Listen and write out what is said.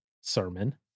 sermon